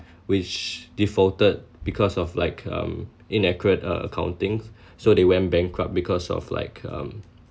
which defaulted because of like um inaccurate uh accounting so they went bankrupt because of like um